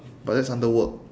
but that's under work